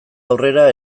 aurrera